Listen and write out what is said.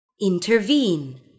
Intervene